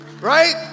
Right